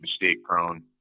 mistake-prone